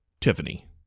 Tiffany